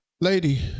Lady